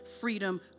freedom